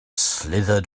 slithered